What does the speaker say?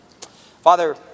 Father